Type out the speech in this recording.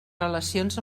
relacions